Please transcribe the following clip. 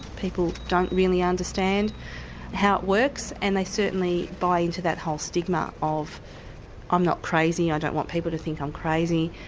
people don't really understand how it works and they certainly buy into that whole stigma of i'm not crazy, i don't want people to think i'm crazy'.